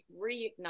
reignite